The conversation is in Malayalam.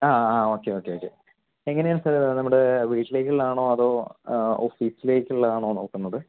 ആ ആ ഓക്കെ ഓക്കെ ഓക്കെ എങ്ങനെയാണ് സാർ അത് നമ്മുടെ വീട്ടിലേക്ക് ഉള്ളതാണോ അതോ ഓഫീസിലേക്ക് ഉള്ളതാണോ നോക്കുന്നത്